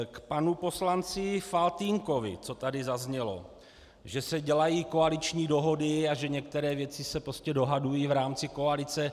K panu poslanci Faltýnkovi, co tady zaznělo, že se dělají koaliční dohody a že některé věci se prostě dohadují v rámci koalice.